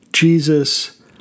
Jesus